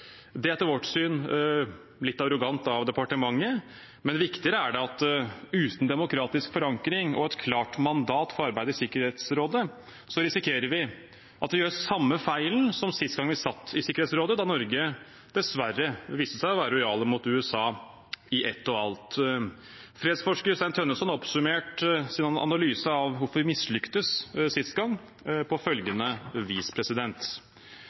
Det er etter vårt syn litt arrogant av departementet, men viktigere er det at uten demokratisk forankring og et klart mandat for arbeidet i Sikkerhetsrådet risikerer vi at vi gjør samme feilen som sist gang vi satt i Sikkerhetsrådet, da Norge dessverre viste seg å være lojale mot USA i ett og alt. Fredsforsker Stein Tønnesson har oppsummert sin analyse av hvorfor vi mislyktes sist gang, på følgende vis: